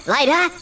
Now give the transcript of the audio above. Later